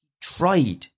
tried